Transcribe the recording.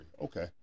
Okay